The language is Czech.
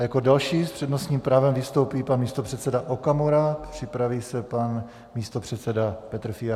A jako další s přednostním právem vystoupí pan místopředseda Okamura, připraví se pan místopředseda Petr Fiala.